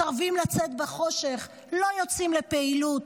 מסרבים לצאת בחושך, לא יוצאים לפעילות.